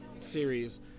series